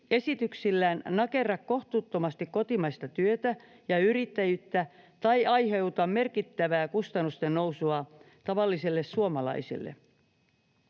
esityksillään nakerra kohtuuttomasti kotimaista työtä ja yrittäjyyttä tai aiheuta merkittävää kustannusten nousua tavalliselle suomalaiselle.